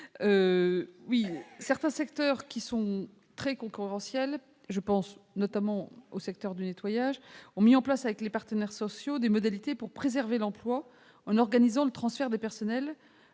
... Certains secteurs très concurrentiels, notamment du nettoyage, ont mis en place avec les partenaires sociaux des modalités pour préserver l'emploi en organisant le transfert des personnels